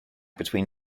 between